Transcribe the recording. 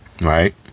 Right